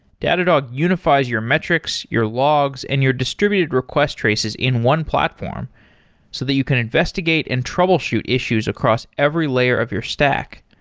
datadog unifies your metrics, your logs and your distributed request traces in one platform so that you can investigate and troubleshoot issues across every layer of your stack.